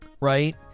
right